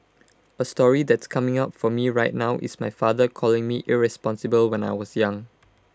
A story that's coming up for me right now is my father calling me irresponsible when I was young